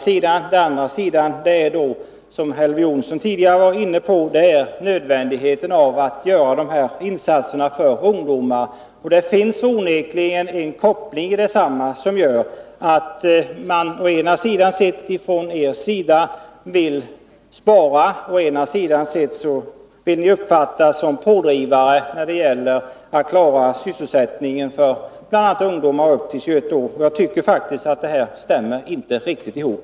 Som Elver Jonsson tidigare framhöll är det nödvändigt att göra speciella insatser för ungdomar. Å ena sidan vill ni spara, men å andra sidan vill ni uppfattas som pådrivare när det gäller att klara sysselsättningen för bl.a. ungdomar upp till 21 år. Jag tycker faktiskt att det här inte riktigt går ihop.